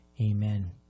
Amen